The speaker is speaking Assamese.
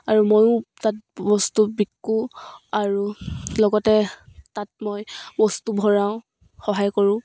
আৰু ময়ো তাত বস্তু বিকোঁ আৰু লগতে তাত মই বস্তু ভৰাওঁ সহায় কৰোঁ